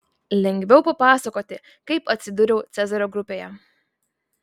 lengviau papasakoti kaip atsidūriau cezario grupėje